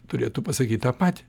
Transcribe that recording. turėtų pasakyt tą patį